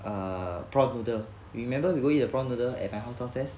err prawn noodle you remember we go eat the prawn noodle at my house downstairs